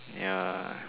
ya